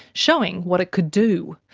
showing what it could do.